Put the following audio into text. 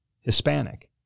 Hispanic